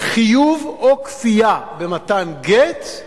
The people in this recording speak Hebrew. חיוב או כפייה במתן גט,